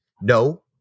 No